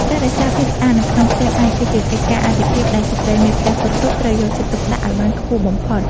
ការរក្សាភាពស្អាតនៅក្នុងផ្ទះបាយ គឺជាកិច្ចការអាទិភាពដែលស្ត្រីមេផ្ទះគ្រប់រូបត្រូវយកចិត្តទុកដាក់ឱ្យបានខ្ពស់បំផុត។